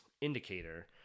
indicator